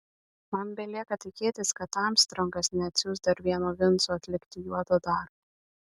man belieka tikėtis kad armstrongas neatsiųs dar vieno vinco atlikti juodo darbo